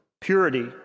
Purity